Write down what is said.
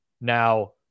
Now